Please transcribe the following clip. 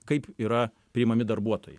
kaip yra priimami darbuotojai